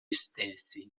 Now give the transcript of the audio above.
stessi